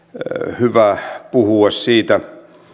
hyvä puhua siitä